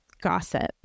gossip